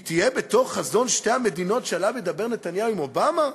היא תהיה בתוך חזון שתי המדינות שעליו ידבר נתניהו עם אובמה?